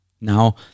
Now